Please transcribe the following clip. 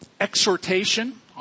exhortation